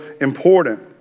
important